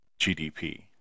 GDP